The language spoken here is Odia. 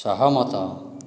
ସହମତ